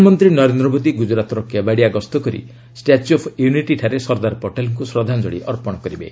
ପ୍ରଧାନମନ୍ତ୍ରୀ ନରେନ୍ଦ୍ର ମୋଦୀ ଗ୍ରଜରାତର କେବାଡିଆ ଗସ୍ତ କରି ଷ୍ଟାଚ୍ୟୁ ଅଫ୍ ୟୁନିଟି ଠାରେ ସର୍ଦ୍ଦାର ପଟେଲଙ୍କୁ ଶ୍ରଦ୍ଧାଞ୍ଚଳୀ ଅର୍ପଣ କରିବେ